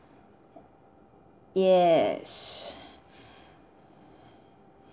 yes